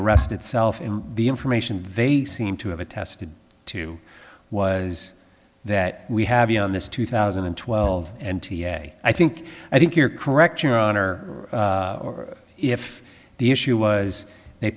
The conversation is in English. arrest itself in the information they seem to have attested to was that we have you on this two thousand and twelve and today i think i think you're correct your honor or if the issue was they